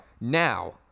now